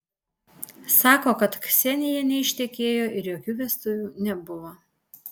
sako kad ksenija neištekėjo ir jokių vestuvių nebuvo